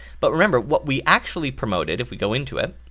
but remember what we actually promoted, if we go into it.